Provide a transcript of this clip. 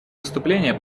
выступление